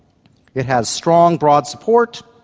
it has strong broad support.